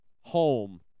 home